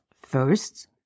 first